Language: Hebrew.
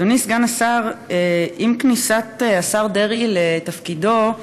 אדוני סגן השר, עם כניסת השר דרעי לתפקידו,